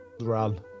run